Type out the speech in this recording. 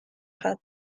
gaat